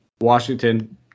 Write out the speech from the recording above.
Washington